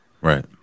Right